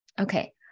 Okay